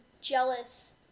jealous